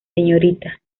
srta